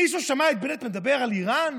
מישהו שמע את בנט מדבר על איראן,